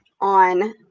on